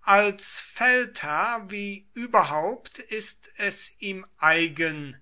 als feldherr wie überhaupt ist es ihm eigen